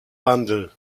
wandel